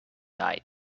night